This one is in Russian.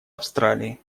австралии